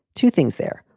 two things there.